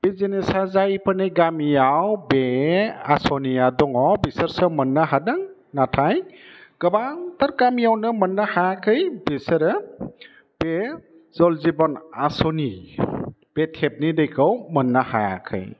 बे जिनिसआ जायफोरनि गामियाव बे आसनिया दङ बिसोरसो मोननो हादों नाथाय गोबांथार गामियावनो मोननो हायाखै बिसोरो बे जल जिबन आसनि बे टेप नि दैखौ मोननो हायाखै